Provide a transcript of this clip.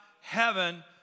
heaven